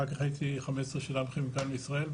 אחרי כן הייתי 15 שנה בכימיקלים לישראל,